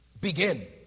begin